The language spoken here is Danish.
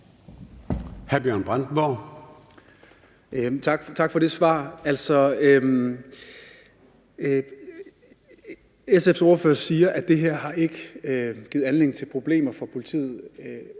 Bjørn Brandenborg (S): Tak for det svar. SF's ordfører siger, at det her ikke har givet anledning til problemer for politiet